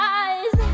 eyes